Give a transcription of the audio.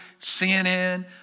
CNN